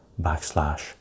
backslash